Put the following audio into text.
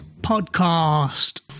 podcast